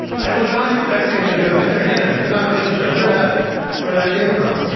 i was not expecting him to go there either. i'm not really sure where that where that came from.